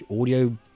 audio